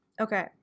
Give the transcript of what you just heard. Okay